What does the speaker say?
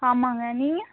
ஆமாங்க நீங்கள்